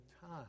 time